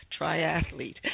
triathlete